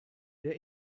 der